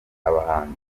abahanzi